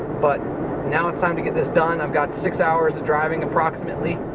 but now it's time to get this done. i've got six hours of driving, approximately,